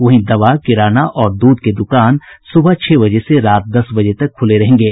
वहीं दवा किराना और द्रध के द्रकान सुबह छह बजे से रात दस बजे तक खुले रहेंगे